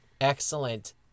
Excellent